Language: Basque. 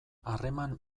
harreman